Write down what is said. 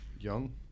young